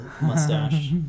mustache